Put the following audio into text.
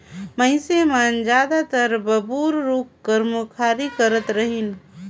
मइनसे मन जादातर बबूर रूख कर मुखारी करत रहिन